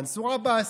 מנסור עבאס,